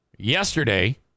Yesterday